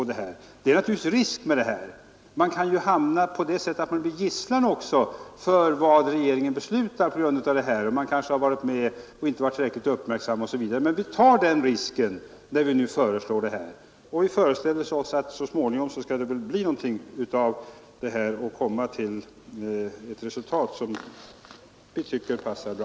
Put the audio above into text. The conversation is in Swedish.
Det ligger naturligtvis en risk man kan bli gisslan för vad regeringen beslutar i frågor där man kanske inte har varit tillräckligt uppmärksam osv. Men vi tar den risken när vi nu föreslår ett parlamentariskt organ. Vi föreställer oss att det så småningom skall kunna bli ett resultat som passar bra.